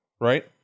right